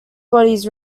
bodies